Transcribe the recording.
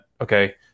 okay